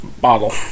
bottle